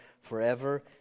forever